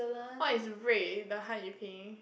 what is rui the hanyu pinyin